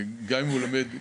גם אם הוא לומד תקשורת,